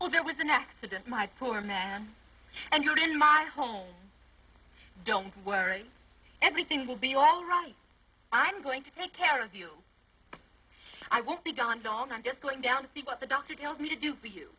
well that was an accident my poor man and you're in my home don't worry everything will be all right i'm going to take care of you i won't be gone to all not just going down to see what the doctor tells me to do but you